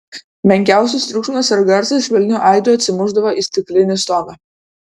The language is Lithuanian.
menkiausias triukšmas ar garsas švelniu aidu atsimušdavo į stiklinį stogą